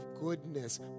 goodness